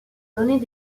données